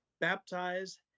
baptize